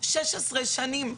16 שנים,